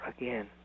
again